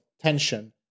tension